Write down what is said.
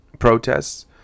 protests